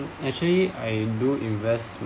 actually I do invest